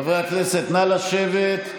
חברי הכנסת, נא לשבת.